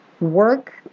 Work